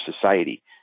society